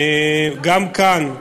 גם כאן,